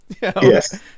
Yes